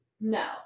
No